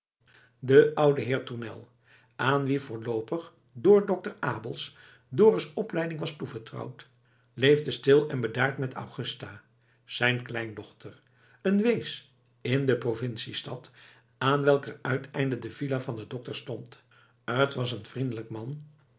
de oude heer tournel aan wien voorloopig door dokter abels dorus opleiding was toevertrouwd leefde stil en bedaard met augusta zijn kleindochter een wees in de provinciestad aan welker uiteinde de villa van den dokter stond t was een vriendelijk man